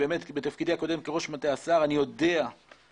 בתפקידי הקודם כראש מטה השר אני יודע כמה